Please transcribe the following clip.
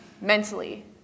mentally